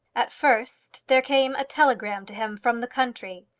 at first there came a telegram to him from the country,